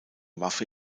waffe